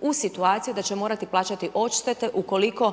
u situaciju da ćemo morati plaćati odštete ukoliko ju